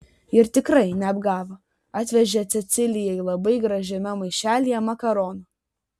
ir tikrai neapgavo atvežė cecilijai labai gražiame maišelyje makaronų